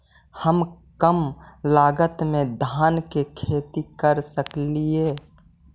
हम कम लागत में धान के खेती कर सकहिय?